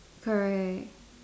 correct